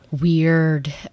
weird